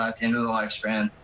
ah end of their lifespan,